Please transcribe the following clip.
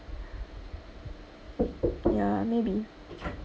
ya maybe